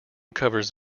covers